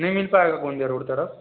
नहीं मिल पाएगा गोंजिया रोड की तरफ